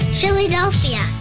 Philadelphia